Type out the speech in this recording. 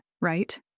right